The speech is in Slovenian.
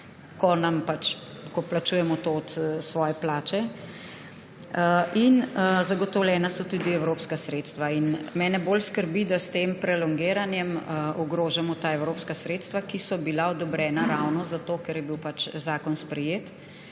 ta denar, ko plačujemo to od svoje plače. In zagotovljena so tudi evropska sredstva. Mene bolj skrbi, da s tem prolongiranjem ogrožamo ta evropska sredstva, ki so bila odobrena ravno zato, ker je bil zakon sprejet,